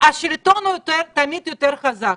השלטון הוא תמיד יותר חזק,